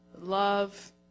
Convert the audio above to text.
love